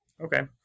Okay